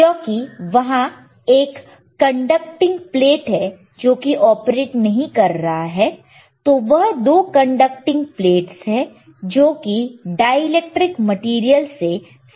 क्योंकि वहां एक कंडक्टिंग प्लेट है जो कि ऑपरेट नहीं कर रहा है तो वह 2 कंडक्टिंग प्लेटस है जो कि डाइलेक्ट्रिक मैटेरियल से सेपरेट किया गया है